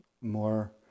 more